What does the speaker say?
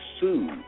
sued